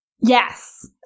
Yes